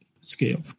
scale